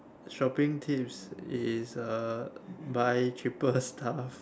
shopping tips is uh buy cheapest stuff